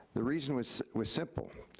the reason was was simple.